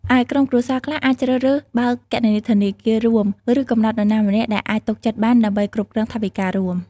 ឯក្រុមគ្រួសារខ្លះអាចជ្រើសរើសបើកគណនីធនាគាររួម ឬកំណត់នរណាម្នាក់ដែលអាចទុកចិត្តបាន ដើម្បីគ្រប់គ្រងថវិការួម។